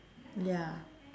ya